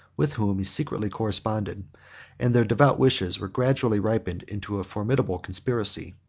with whom he secretly corresponded and their devout wishes were gradually ripened into a formidable conspiracy.